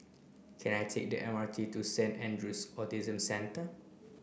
can I take the M R T to Saint Andrew's Autism Centre